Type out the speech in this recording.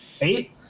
eight